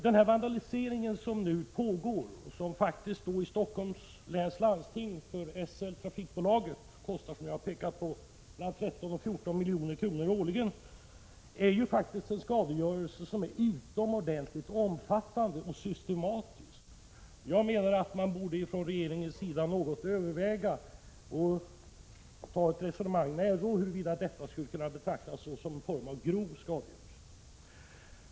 Den vandalisering som nu pågår och som i Stockholms läns landsting kostar SL, trafikbolaget, 13 å 14 milj.kr. årligen är faktiskt en skadegörelse som är utomordentligt omfattande och systematisk. Första punkten på min lista är därför att regeringen borde överväga att ta upp ett resonemang med RÅ om huruvida detta kan betraktas som grov skadegörelse.